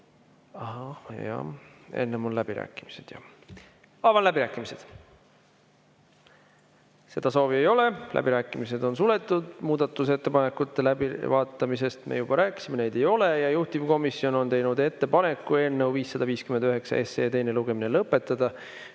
Ahah, jah, enne on mul läbirääkimised. Avan läbirääkimised. Seda soovi ei ole, läbirääkimised on suletud. Muudatusettepanekute läbivaatamisest me juba rääkisime, neid ei ole, ja juhtivkomisjon on teinud ettepaneku eelnõu 559 teine lugemine lõpetada.